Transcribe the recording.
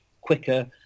quicker